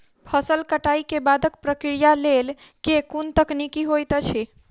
फसल कटाई केँ बादक प्रक्रिया लेल केँ कुन तकनीकी होइत अछि?